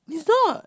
he's not